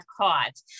caught